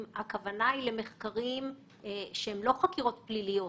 הם לא חקירות פליליות